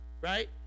right